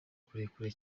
kurekure